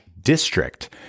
district